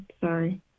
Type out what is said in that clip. Sorry